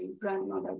grandmother